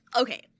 okay